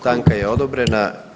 Stanka je odobrena.